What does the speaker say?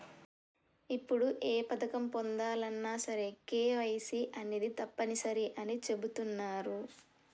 ఇప్పుడు ఏ పథకం పొందాలన్నా సరే కేవైసీ అనేది తప్పనిసరి అని చెబుతున్నరు